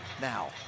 now